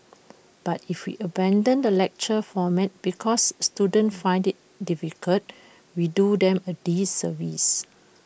but if we abandon the lecture format because students find IT difficult we do them A disservice